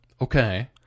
Okay